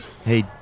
Hey